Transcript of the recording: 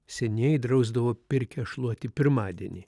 senieji drausdavo pirkią šluoti pirmadienį